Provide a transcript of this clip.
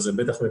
ח"כ אבוטבול.